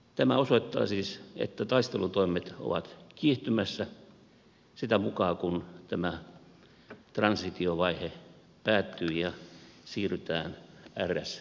tämä osoittaa siis että taistelutoimet ovat kiihtymässä sitä mukaa kuin tämä transitiovaihe päättyy ja siirrytään rs vaiheeseen